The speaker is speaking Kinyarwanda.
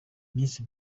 miss